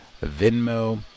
Venmo